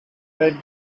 tire